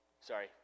Sorry